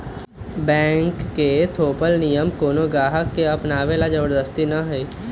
bank के थोपल नियम कोनो गाहक के अपनावे ला जबरदस्ती न हई